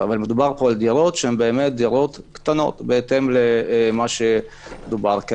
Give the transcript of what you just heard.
מדובר פה בדירות קטנות, בהתאם למה שדובר.